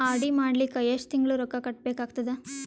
RD ಮಾಡಲಿಕ್ಕ ಎಷ್ಟು ತಿಂಗಳ ರೊಕ್ಕ ಕಟ್ಟಬೇಕಾಗತದ?